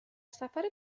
سفر